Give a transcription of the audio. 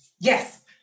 Yes